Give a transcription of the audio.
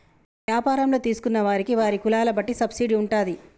వ్యాపారంలో తీసుకున్న వారికి వారి కులాల బట్టి సబ్సిడీ ఉంటాది